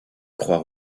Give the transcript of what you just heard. croix